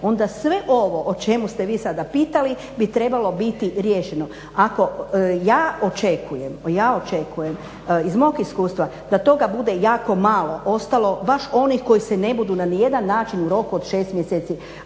onda sve ovo o čemu ste vi sada pitali bi trebalo biti riješeno. Ja očekujem iz mog iskustva da toga bude jako malo, ostalo baš onih koji se ne budu na nijedan način u roku od 6 mjeseci